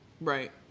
Right